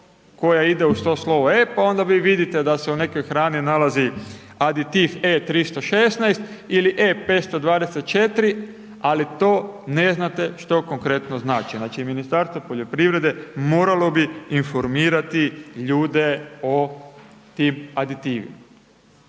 koja ide uz to slovo E pa onda vi vidite da se u nekoj hrani nalazi aditiv E316 ili E524 ali to ne znate što konkretno znači. Znači Ministarstvo poljoprivrede moralo bi informirati ljude o tim aditivima.